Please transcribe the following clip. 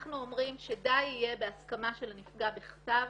אנחנו אומרים שדי יהיה בהסכמה של הנפגע בכתב